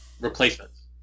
replacements